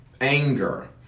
Anger